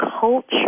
culture